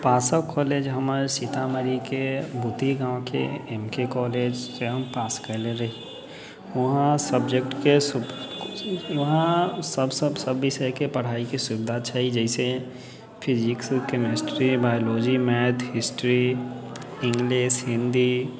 सीतामढ़ीके बुद्धि गाँवके एम के कॉलेज से हम पास कयले रही उहाॅं सब्जेक्टके उहाॅं सब विषयके पढ़ाइके सुविधा छै जैसे physics chemistry biology math history English Hindi